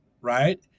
right